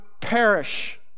perish